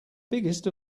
biggest